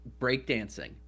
breakdancing